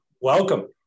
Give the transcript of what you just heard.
welcome